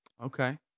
Okay